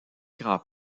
grand